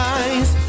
eyes